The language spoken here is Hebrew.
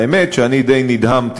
האמת היא שאני די נדהמתי,